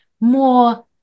more